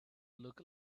look